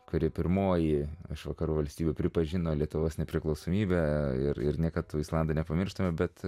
kuri pirmoji iš vakarų valstybių pripažino lietuvos nepriklausomybę ir ir niekad tų islandų nepamirštame bet